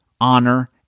honor